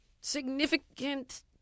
significant